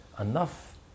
enough